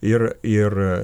ir ir